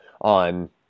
on